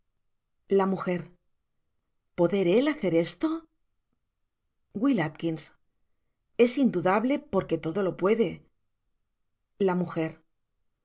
la m poder él hacer esto w a es indudable porque todo lo puede la